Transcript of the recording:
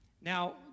Now